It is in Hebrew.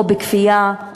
או בכפייה,